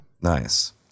Nice